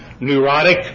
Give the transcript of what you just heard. neurotic